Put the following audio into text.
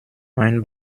ein